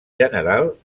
general